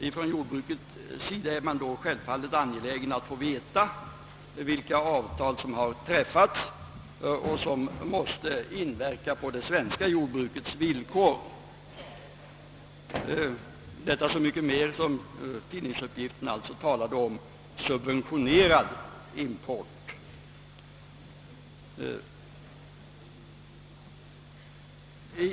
Inom jordbruket är man självfallet angelägen att få veta vilka avtal som eventuellt har träffats, eftersom de måste inverka på det svenska jordbrukets villkor, så mycket mer som det enligt tidningsuppgifterna är fråga om subventionerad import.